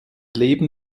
leben